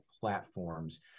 platforms